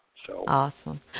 Awesome